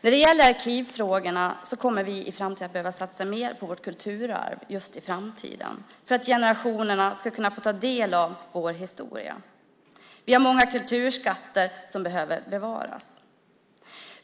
När det gäller arkivfrågorna kommer vi i framtiden att behöva satsa mer på vårt kulturarv för att generationerna efter oss ska kunna ta del av vår historia. Vi har många kulturskatter som behöver bevaras.